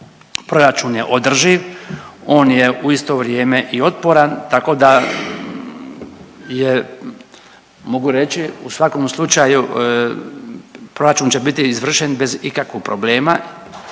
proračun održiv, on je u isto vrijeme i otporan tako da je mogu reći u svakom slučaju proračun će bit izvršen bez ikakvog problema